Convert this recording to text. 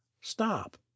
Stop